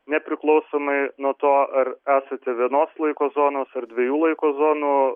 nepriklausomai nuo to ar esate vienos laiko zonos ar dviejų laiko zonų